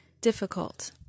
Difficult